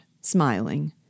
smiling